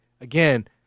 again